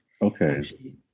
Okay